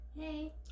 Hey